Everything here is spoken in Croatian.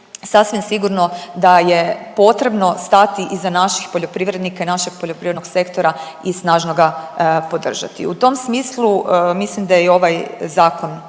sasvim sigurno da je potrebno stati iza naših poljoprivrednika i našeg poljoprivrednog sektora i snažno ga podržati. U tom smislu mislim da je i ovaj zakon